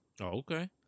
Okay